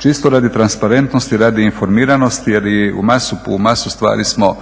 Čisto radi transparentnosti, radi informiranosti jer i u masu stvari smo